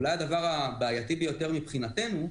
ואולי הדבר הבעייתי ביותר מבחינתנו,